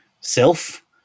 self